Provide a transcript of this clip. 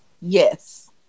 Yes